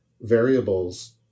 variables